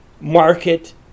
market